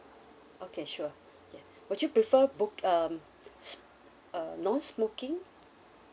okay sure ya would you prefer book um s~ uh non smoking